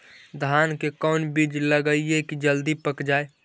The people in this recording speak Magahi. धान के कोन बिज लगईयै कि जल्दी पक जाए?